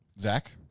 Zach